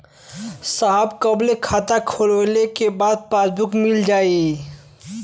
साहब कब ले खाता खोलवाइले के बाद पासबुक मिल जाई?